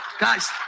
Guys